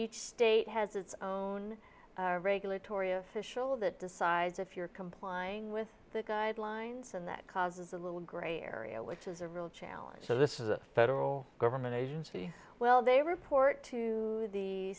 each state has its own regulatory official that decides if you're complying with the guidelines and that causes a little gray area which is a real challenge so this is a federal government agency well they report to the